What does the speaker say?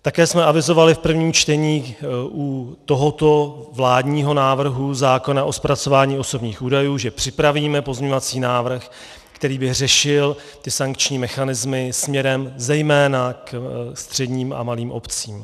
Také jsme avizovali v prvním čtení u tohoto vládního návrhu zákona o zpracování osobních údajů, že připravíme pozměňovací návrh, který by řešil sankční mechanismy směrem zejména ke středním a malým obcím.